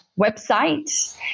website